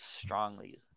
strongly